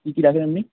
কী কী রাখেন এমনি